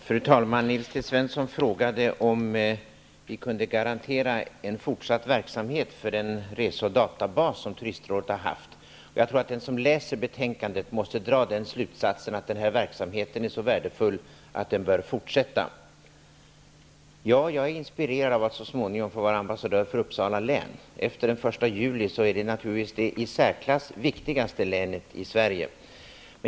Fru talman! Nils T Svensson frågade om vi kan garantera en fortsatt verksamhet för den rese och databas som Turistrådet har haft. Jag tror att den som läser betänkandet måste dra slutsatsen att den här verksamheten är så värdefull att den bör fortsätta. Ja, jag är inspirerad av uppgiften att så småningom få vara ambassadör för Uppsala län. Efter den 1 juli är det naturligtvis det i särklass viktigaste länet i Sverige.